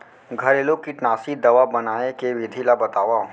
घरेलू कीटनाशी दवा बनाए के विधि ला बतावव?